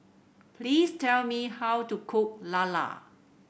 please tell me how to cook Lala